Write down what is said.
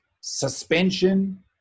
suspension